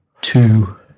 two